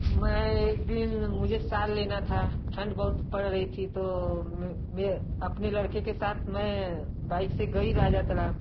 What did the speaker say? मैं एक दिन मुझे शाल लेना था ठंड बहुत पड़ रही थी तो मैं अपने लड़के के साथ मैं बाइक से गई राजा तलाब